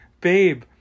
babe